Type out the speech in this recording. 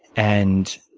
and